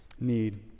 need